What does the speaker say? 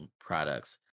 products